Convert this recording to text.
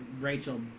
Rachel